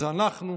זה אנחנו,